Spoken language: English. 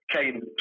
came